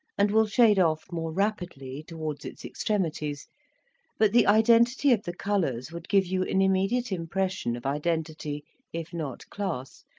and will shade off more rapidly towards its extremities but the identity of the colours would give you an immediate impression of identity if not class,